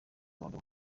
abagabo